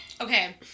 okay